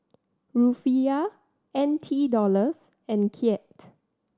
Rufiyaa N T Dollars and Kyat